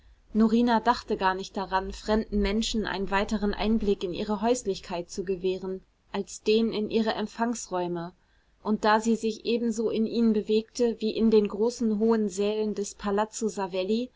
norina dachte gar nicht daran fremden menschen einen weiteren einblick in ihre häuslichkeit zu gewähren als den in ihre empfangsräume und da sie sich ebenso in ihnen bewegte wie in den großen hohen sälen des palazzo